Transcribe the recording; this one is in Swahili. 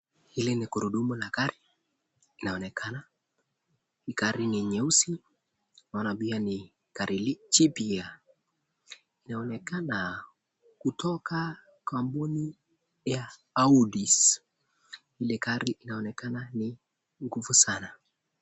Hili ni gurudumu la gari. Inaonekana gari ni nyeusi, naona pia ni gari jipya. Inaonekana kutoka kampuni ya Audis. Ile gari inaonekana ni nguvu sana.